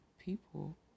people